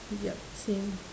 yup same